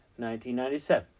1997